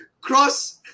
cross